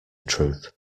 truth